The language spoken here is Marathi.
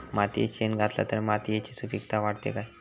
मातयेत शेण घातला तर मातयेची सुपीकता वाढते काय?